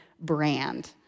brand